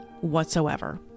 whatsoever